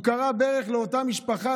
הוא כרע ברך לאותה משפחה,